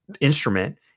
instrument